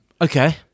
Okay